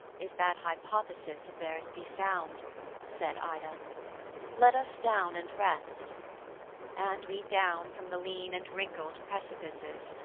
if that hypothesis of theirs be sound' said ida let us down and rest and we down from the lean and wrinkled precipices,